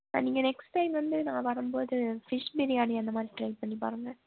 நீங்கள் next time வந்து நாங்கள் வரும்போது ஃபிஷ் பிரியாணி அந்த மாதிரி ட்ரை பண்ணிப் பாருங்கள்